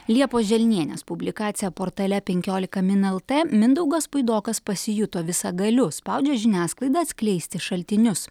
liepos želnienės publikaciją portale penkiolika min lt mindaugas puidokas pasijuto visagaliu spaudžia žiniasklaidą atskleisti šaltinius